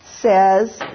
says